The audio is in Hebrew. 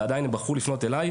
ועדיין הם בחרו לפנות אליי,